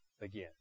again